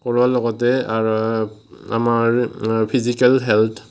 কৰোৱাৰ লগতে আমাৰ ফিজিকেল হেল্থ